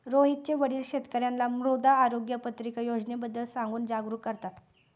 रोहितचे वडील शेतकर्यांना मृदा आरोग्य पत्रिका योजनेबद्दल सांगून जागरूक करतात